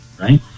right